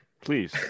Please